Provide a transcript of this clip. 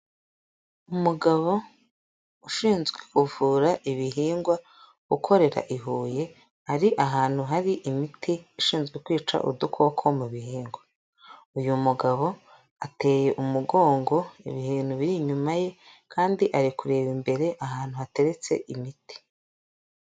Umugabo ushinzwe kuvura ibihingwa ukorera i Huye, ari ahantu hari imiti ishinzwe kwica udukoko mu bihingwa, uyu mugabo ateye umugongo ibintu biri inyuma ye kandi ari kureba imbere ahantu hateretse imiti.